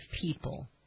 people